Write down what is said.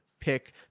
pick